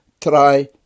try